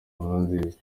nkurunziza